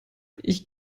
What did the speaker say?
ich